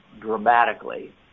dramatically